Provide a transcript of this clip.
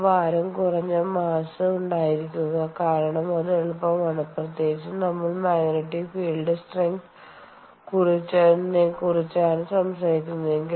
ഭാരം കുറഞ്ഞ മാസ്സ് ഉണ്ടായിരിക്കുക കാരണം അത് എളുപ്പമാണ് പ്രത്യേകിച്ചും നമ്മൾ മഗ്നറ്റിക് ഫീൽഡ് സ്ട്രെങ്ത്നെ magnetic field സ്ട്രെങ്ത് കുറിച്ചാണ് സംസാരിക്കുന്നതേകിൽ